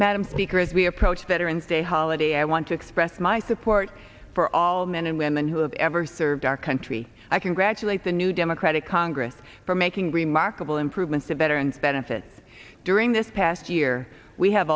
madam speaker as we approach veterans day holiday i want to express my support for all men and women who have ever served our country i congratulate the new democratic congress for making remarkable improvements to better and benefit during this past year we have